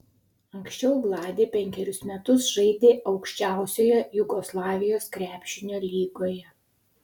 anksčiau vladė penkerius metus žaidė aukščiausioje jugoslavijos krepšinio lygoje